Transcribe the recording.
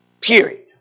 Period